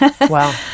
Wow